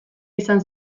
izan